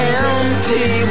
empty